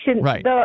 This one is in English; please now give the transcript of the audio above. Right